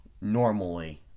normally